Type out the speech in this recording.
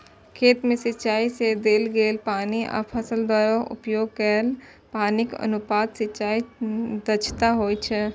खेत मे सिंचाइ सं देल गेल पानि आ फसल द्वारा उपभोग कैल पानिक अनुपात सिंचाइ दक्षता होइ छै